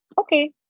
okay